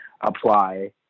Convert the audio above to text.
apply